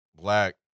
Black